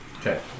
Okay